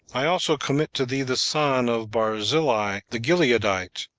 i also commit to thee the son of barzillai the gileadite,